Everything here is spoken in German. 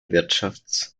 wirtschafts